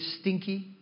stinky